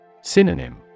Synonym